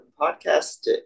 podcast